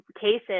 cases